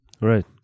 Right